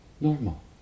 normal